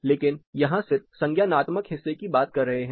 लेकिन यहां सिर्फ हम संज्ञानात्मक हिस्से की बात कर रहे हैं